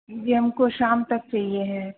जी हमको शाम तक चाहिए है